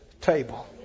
table